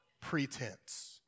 pretense